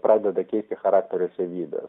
pradeda keisti charakterio savybes